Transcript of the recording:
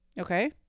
Okay